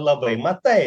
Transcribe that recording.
labai matai